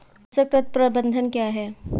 पोषक तत्व प्रबंधन क्या है?